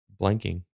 Blanking